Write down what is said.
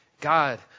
God